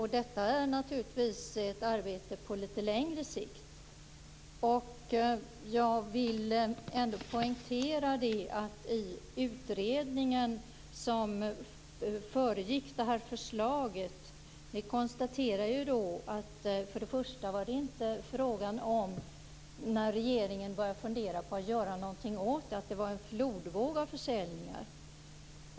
Detta är naturligtvis ett arbete på litet länge sikt. Jag vill ändå poängtera att den utredning som föregick detta förslag konstaterade att det när regeringen började fundera på att göra någonting åt detta inte var en flodvåg av försäljningar.